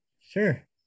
Sure